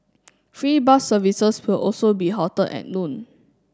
free bus services will also be halted at noon